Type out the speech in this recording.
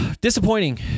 disappointing